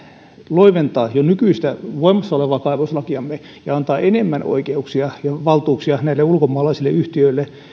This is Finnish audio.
loiventaa jo nykyistä voimassa olevaa kaivoslakiamme ja antaa enemmän oikeuksia ja valtuuksia näille ulkomaalaisille yhtiöille